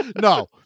No